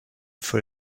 for